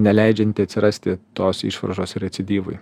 neleidžiantį atsirasti tos išvaržos recidyvui